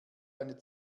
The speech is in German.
eine